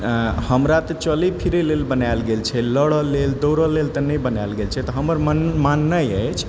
हमरा चलै फिरै लेल बनायल गेल छै लड़ै लेल दौड़ै लेल तऽ नहि बनायल गेल छै तऽ हमर माननाइ अछि